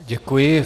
Děkuji.